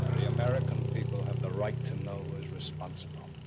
the american people have the right to know. who's responsible.